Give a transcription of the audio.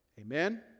Amen